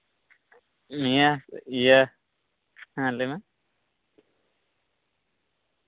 ᱱᱤᱭᱟᱹ ᱤᱭᱟᱹ ᱦᱮᱸ ᱞᱟᱹᱭ ᱢᱮ